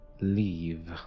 leave